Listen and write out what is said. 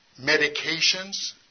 medications